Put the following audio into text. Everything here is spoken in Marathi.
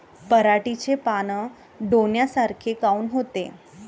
पराटीचे पानं डोन्यासारखे काऊन होते?